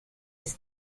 his